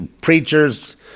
preachers